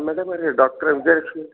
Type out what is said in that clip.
ಹಾಂ ಮೇಡಮರೆ ಡಾಕ್ಟ್ರೆ ವಿಜಯ ಲಕ್ಷ್ಮೀ